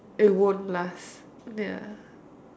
it won't last ya